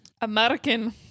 American